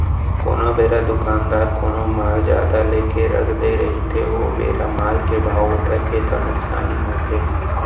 कोनो बेरा दुकानदार कोनो माल जादा लेके रख दे रहिथे ओ बेरा माल के भाव उतरगे ता नुकसानी होथे